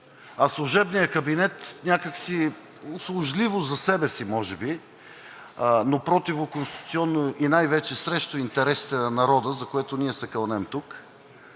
а служебният кабинет някак си услужливо за себе си може би, но противоконституционно и най-вече срещу интересите на народа, за което ние се кълнем тук,